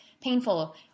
painful